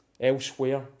elsewhere